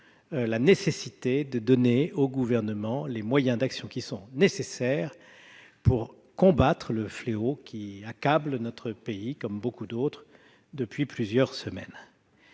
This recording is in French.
la nécessité de donner au Gouvernement les moyens d'action dont il a besoin pour combattre le fléau qui accable notre pays, comme beaucoup d'autres, depuis plusieurs semaines.